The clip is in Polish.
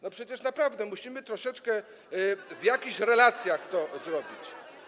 No, przecież naprawdę, musimy troszeczkę w jakichś relacjach to robić.